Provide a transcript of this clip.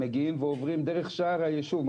מגיעים ועוברים דרך שער היישוב.